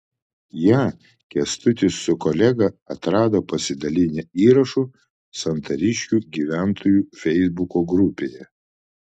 ją kęstutis su kolega atrado pasidalinę įrašu santariškių gyventojų feisbuko grupėje